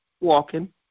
walking